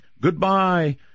goodbye